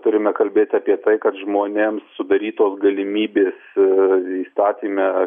turime kalbėti apie tai kad žmonėms sudarytos galimybės įstatyme